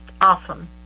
awesome